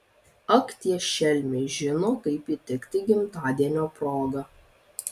ak tie šelmiai žino kaip įtikti gimtadienio proga